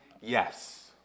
yes